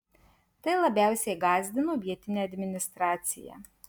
tai labiausiai gąsdino vietinę administraciją